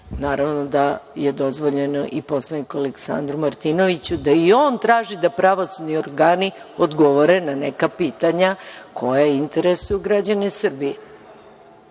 Naravno da je dozvoljeno i poslaniku Aleksandru Martinoviću da i on traži da pravosudni organi odgovore na neka pitanja koja interesuju građane Srbije. Tako